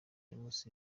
james